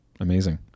amazing